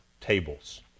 tables